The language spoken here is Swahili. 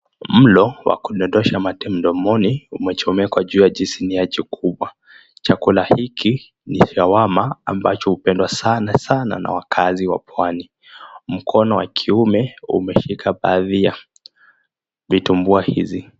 Mlo wa kudondosha mate mdomoni umechomekwa juu ya jisi niache kubwa. Chakula hiki ni shawama ambacho hupendwa sana sana na wakazi wa pwani. Mkono wa kiume umeshika baadhi ya vitumbua hizi.